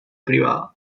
privada